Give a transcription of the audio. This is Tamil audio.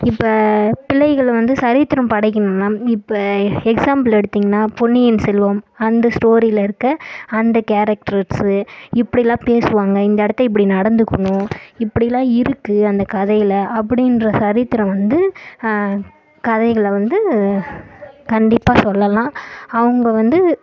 இப்போ பிள்ளைகள் வந்து சரித்திரம் படைக்கணும்னால் இப்ப எக்ஸ்சாம்பில் எடுத்தீங்கன்னா பொன்னியின் செல்வன் அந்த ஸ்டோரியில் இருக்க அந்த கேரக்டர்ஸு இப்படிலாம் பேசுவாங்க இந்த இடத்த இப்படி நடந்துக்கணும் இப்படிலாம் இருக்கு அந்த கதையில் அப்படின்ற சரித்திரம் வந்து கதைகளை வந்து கண்டிப்பாக சொல்லலாம் அவங்க வந்து